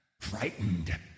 Frightened